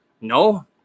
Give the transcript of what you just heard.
No